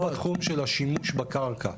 לא בתחום של השימוש בקרקע.